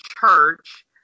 church